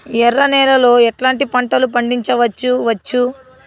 ఎర్ర నేలలో ఎట్లాంటి పంట లు పండించవచ్చు వచ్చు?